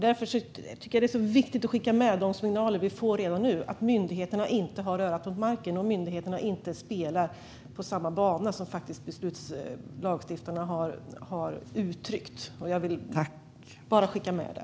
Därför tycker jag att det är viktigt att skicka med att vi får signaler redan nu om att myndigheterna inte har örat mot marken och inte spelar på samma bana som lagstiftarna har uttryckt att de ska göra. Jag vill skicka med det.